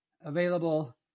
available